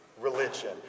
religion